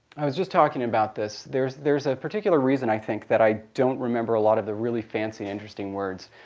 i was just talking about this. there's there's a particular reason i think that i don't remember a lot of the really fancy, interesting words.